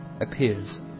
appears